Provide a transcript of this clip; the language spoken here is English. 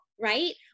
right